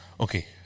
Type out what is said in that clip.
Okay